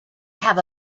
have